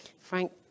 Frank